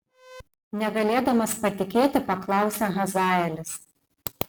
negalėdamas patikėti paklausė hazaelis